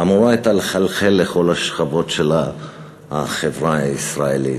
אמור לחלחל לכל השכבות של החברה הישראלית,